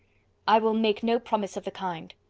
i will make no promise of the kind.